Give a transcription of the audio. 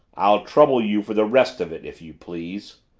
i'll trouble you for the rest of it, if you please!